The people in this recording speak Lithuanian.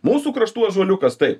mūsų kraštų ąžuoliukas taip